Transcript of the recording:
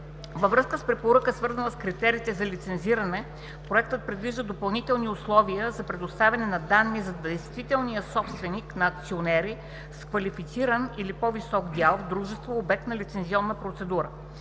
Във връзка с препоръка, свързана с критериите за лицензиране, Проектът въвежда допълнително условие за представяне на данни за действителния собственик на акционери с квалифициран или по-висок дял в дружество, обект на лицензионна процедура.